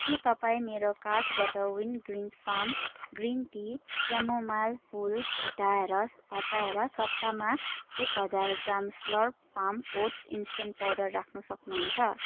के तपाईँ मेरो कार्टबाट Wingreens farms green tea chamomile फुल हटाएर हटाएर सट्टामा एक हजार gram slurp farm oats instant powder राख्न सक्नुहुन्छ